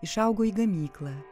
išaugo į gamyklą